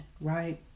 right